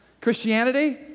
Christianity